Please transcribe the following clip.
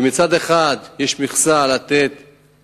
כי מצד אחד יש מכסה לחקלאים,